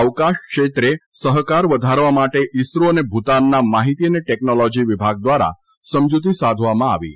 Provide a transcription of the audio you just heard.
અવકાશ ક્ષેત્રે સહકાર વધારવા માટે ઇસરો અને ભૂતાનના માહીતી અને ટેકનોલોજી વિભાગ દ્વારા સમજૂતી સાધવામાં આવી હતી